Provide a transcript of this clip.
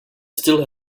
still